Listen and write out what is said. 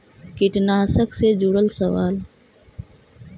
कीटनाशक से जुड़ल सवाल?